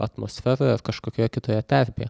atmosferoje ar kažkokioje kitoje terpėje